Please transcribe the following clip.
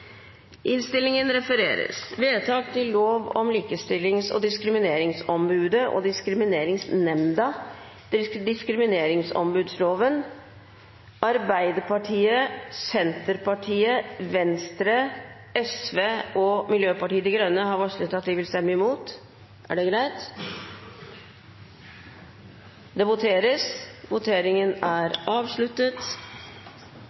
innstillingen står Høyre og Fremskrittspartiet. Venstre har varslet støtte til innstillingen. Arbeiderpartiet, Kristelig Folkeparti, Senterpartiet, Sosialistisk Venstreparti og Miljøpartiet De Grønne har varslet at de vil stemme imot. Det voteres